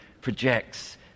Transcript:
projects